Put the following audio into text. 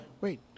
Wait